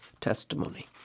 testimony